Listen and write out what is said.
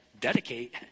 dedicate